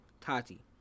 Tati